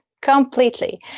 completely